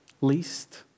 least